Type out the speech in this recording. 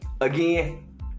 again